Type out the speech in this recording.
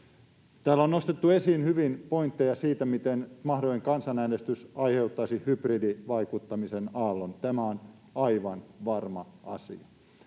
Täällä on nostettu esiin hyvin pointteja siitä, miten mahdollinen kansanäänestys aiheuttaisi hybridivaikuttamisen aallon. Tämä on aivan varma asia,